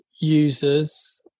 users